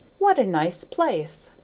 what a nice place!